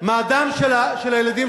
למה דם של ילד באלון-מורה,